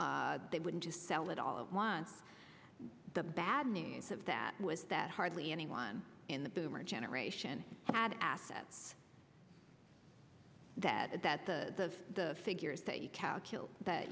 they wouldn't just sell it all at once the bad news of that was that hardly anyone in the boomer generation had assets that that the figures that you